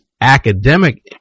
academic